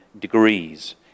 degrees